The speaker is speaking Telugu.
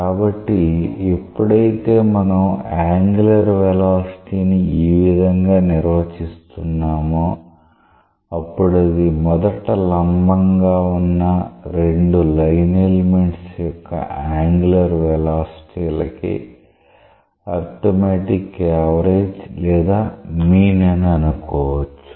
కాబట్టి ఎప్పుడైతే మనం యాంగులర్ వెలాసిటీ ని ఈ విధంగా నిర్వచిస్తున్నామో అప్పుడు అది మొదట లంబంగా ఉన్న రెండు లైన్ ఎలిమెంట్స్ యొక్క యాంగులర్ వెలాసిటీలకి అర్థమెటిక్ యావరేజ్ లేదా మీన్ అని అనుకోవచ్చు